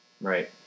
Right